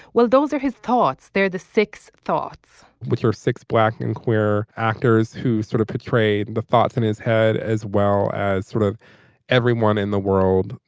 well those are his thoughts they're the six thoughts with her six black and queer actors who sort of portray the thoughts in his head as well as of everyone in the world.